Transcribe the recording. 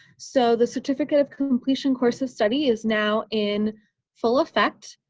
so, the certificate of completion course of study is now in full effect.